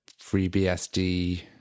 FreeBSD